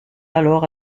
alors